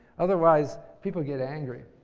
otherwise people get angry.